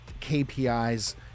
KPIs